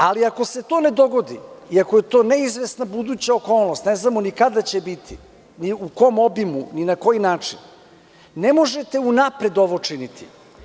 Ako se to ne dogodi i ako je to ne izvesna buduća okolnost, ne znamo ni kada će biti, ni u kom obimu, ni na koji način, ne možete unapred ovo činiti.